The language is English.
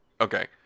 Okay